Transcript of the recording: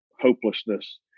hopelessness